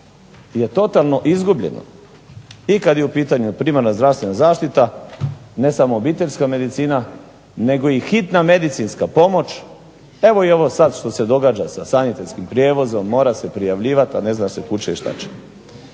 je totalno izgubljeno, i kad je u pitanju primarna zdravstvena zaštita, ne samo obiteljska medicina nego i Hitna medicinska pomoć, pa evo i ovo sad što se događa sa Sanitetskim prijevozom mora se prijavljivati, a ne zna se kud će i šta će.